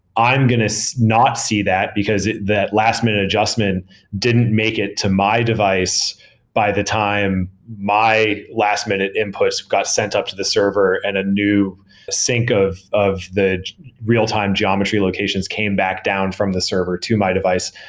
i'm going to so not see that, because that last minute adjustment didn't make it to my device by the time my last-minute input got sent up to the server and a new sink of of the real-time geometry locations came back down from the server to my device.